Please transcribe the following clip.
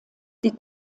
die